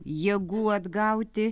jėgų atgauti